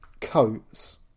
coats